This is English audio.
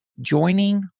joining